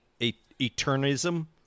Eternism